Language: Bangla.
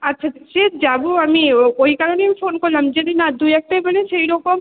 আচ্ছা আচ্ছা সে যাব আমি ও ওই কারণেই আমি ফোন করলাম যদি না দু একটাই মানে সেই রকম